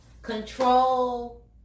Control